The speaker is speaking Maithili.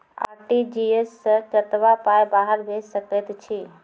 आर.टी.जी.एस सअ कतबा पाय बाहर भेज सकैत छी?